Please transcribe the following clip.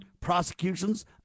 prosecutions